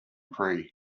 prix